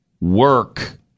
work